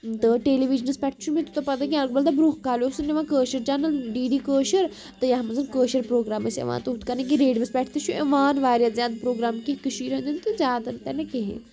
تہٕ ٹیلی وجنَس پٮ۪ٹھ چھُ مےٚ تیوٗتاہ پَتہ کینٛہہ البتہ برونٛہہ کالہِ اوس یِوان کٲشِر چَنَل ڈی ڈی کٲشُر تہٕ یَتھ منٛز کٲشِرۍ پرٛوگرام ٲسۍ یِوان تہٕ ہُتھ کَٔنۍ کہِ ریڈوَس پٮ۪ٹھ تہِ چھُ یِوان واریاہ زیادٕ پرٛوگرٛام کینٛہہ کٔشیٖرِ ہُنٛد تہٕ زیادَٕ تہِ نہٕ کِہیٖنۍ